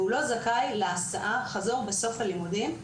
והוא לא זכאי להסעה חזור בסוף הלימודים,